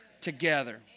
together